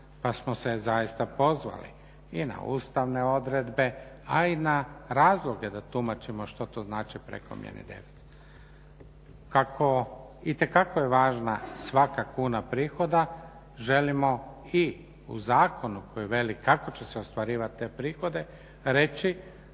Pa smo se zaista pozvali i na ustavne odredbe, a i na razloge da tumačimo što to znači prekomjerni deficit. Kako itekako je važna svaka kuna prihoda želimo i u zakonu koji veli kako će ostvarivati te prihode reći